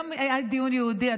היום היה דיון ייעודי,